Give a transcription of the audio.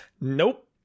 nope